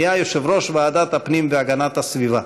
נהיה יושב-ראש ועדת הפנים והגנת הסביבה,